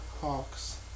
Hawks